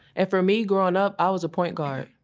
and for me growing up i was a point guard.